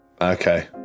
okay